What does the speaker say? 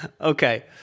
Okay